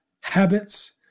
habits